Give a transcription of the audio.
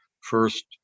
first